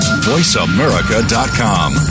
VoiceAmerica.com